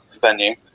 venue